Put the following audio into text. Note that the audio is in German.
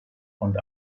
und